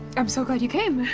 i'm so glad you came.